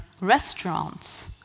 restaurants